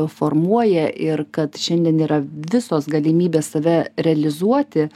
formuoja ir kad šiandien yra visos galimybės save realizuoti